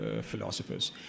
philosophers